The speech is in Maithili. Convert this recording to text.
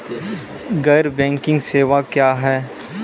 गैर बैंकिंग सेवा क्या हैं?